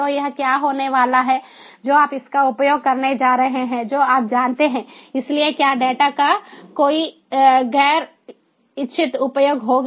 तो यह क्या होने वाला है जो आप इसका उपयोग करने जा रहे हैं जो आप जानते हैं इसलिए क्या डेटा का कोई गैर इच्छित उपयोग होगा